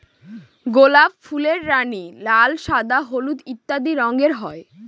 গোলাপ ফুলের রানী, লাল, সাদা, হলুদ ইত্যাদি রঙের হয়